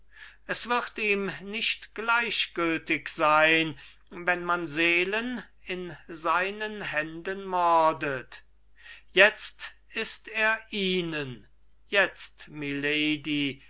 wurms es wird ihm nicht gleichgültig sein wenn man seelen in seinen händen mordet jetzt ist er ihnen jetzt milady